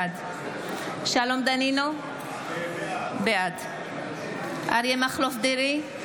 בעד שלום דנינו, בעד אריה מכלוף דרעי,